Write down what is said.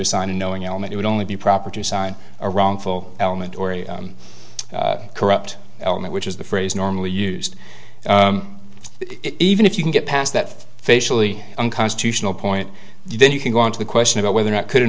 assign a knowing element would only be proper to sign a wrongful element or a corrupt element which is the phrase normally used even if you can get past that facially unconstitutional point then you can go on to the question about whether or not could